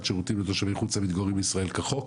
שירותים לתושבי חוץ המתגוררים בישראל כחוק.